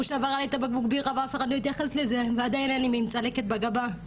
הוא שבר עלי בקבוק בירה ואף אחד לא התייחס לזה ועדיין אני עם צלקת בגבה,